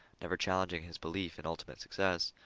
never challenging his belief in ultimate success,